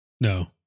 No